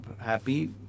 happy